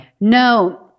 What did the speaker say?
No